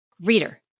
Reader